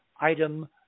Item